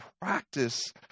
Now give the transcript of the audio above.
practice